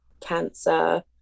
cancer